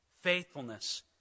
faithfulness